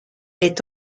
est